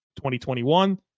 2021